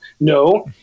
No